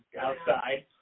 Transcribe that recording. outside